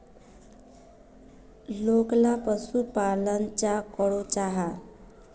लोकला पशुपालन चाँ करो जाहा?